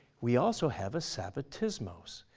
we also have a sabbatismos.